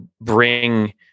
bring